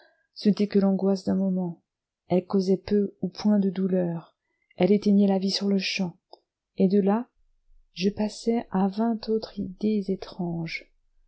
n'était que l'angoisse d'un moment elle causait peu ou point de douleur elle éteignait la vie sur-le-champ et de là je passai à vingt autres idées étranges